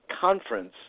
conference